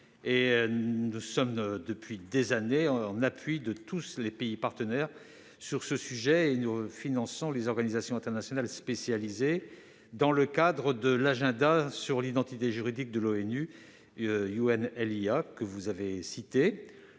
des années, nous intervenons en appui de tous les pays partenaires sur ce sujet. Nous finançons les organisations internationales spécialisées dans le cadre de l'agenda sur l'identité juridique de l'ONU, que vous avez cité.